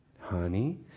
Honey